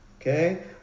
okay